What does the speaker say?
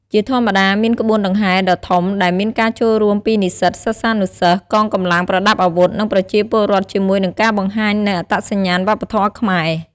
ជាធម្មតា មានក្បួនដង្ហែរដ៏ធំដែលមានការចូលរួមពីនិស្សិត សិស្សានុសិស្ស កងកម្លាំងប្រដាប់អាវុធ និងប្រជាពលរដ្ឋជាមួយនឹងការបង្ហាញនូវអត្តសញ្ញាណវប្បធម៌ខ្មែរ។